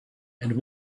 and